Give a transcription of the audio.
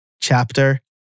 chapter